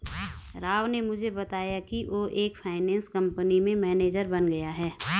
राव ने मुझे बताया कि वो एक फाइनेंस कंपनी में मैनेजर बन गया है